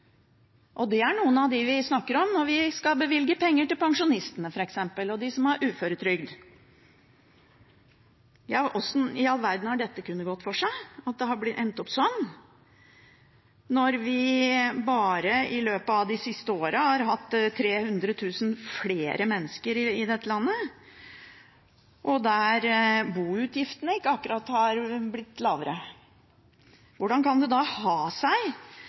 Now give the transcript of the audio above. bostøtte. Det er noen av dem vi snakker om når vi skal bevilge penger til pensjonistene, f.eks., og dem som har uføretrygd. Ja, hvordan i all verden har det kunnet gå for seg at det har endt opp sånn, når det bare i løpet av de siste årene har blitt 300 000 flere mennesker i dette landet, og når boutgiftene ikke akkurat har blitt lavere? Hvordan kan det da ha seg